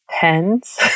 pens